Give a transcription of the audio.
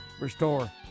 restore